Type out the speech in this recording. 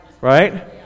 Right